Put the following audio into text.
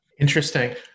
Interesting